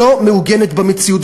שלא מעוגנת במציאות,